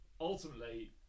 ultimately